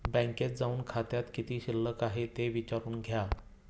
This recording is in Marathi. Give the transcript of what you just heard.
बँकेत जाऊन खात्यात किती शिल्लक आहे ते विचारून घ्या